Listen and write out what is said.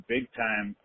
Big-time